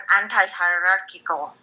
anti-hierarchical